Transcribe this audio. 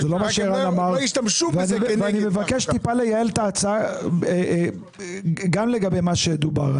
אני מבקש לייעל מעט את ההצעה גם לגבי מה שדובר.